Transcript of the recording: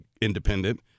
independent